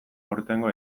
aurtengo